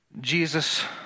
Jesus